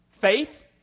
Faith